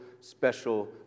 special